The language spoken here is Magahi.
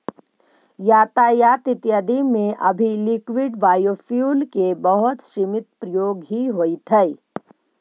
यातायात इत्यादि में अभी लिक्विड बायोफ्यूल के बहुत सीमित प्रयोग ही होइत हई